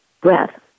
breath